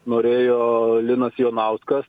norėjo linas jonauskas